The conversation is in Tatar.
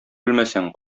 белмәсәң